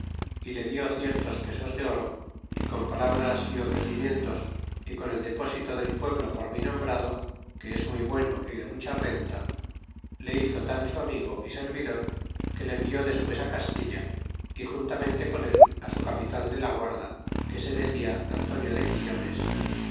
y le dió ciertos pesos de oro y con palabras y ofrecimientos y con el depósito del pueblo por mi nombrado que es muy bueno y de mucha renta le hizo tan su amigo y servidor que le envió despues á castilla y juntamente con él á su capitan de la guarda que se decia antonio de quiñones